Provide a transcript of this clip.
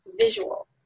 visual